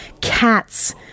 Cats